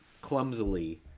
clumsily